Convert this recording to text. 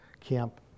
camp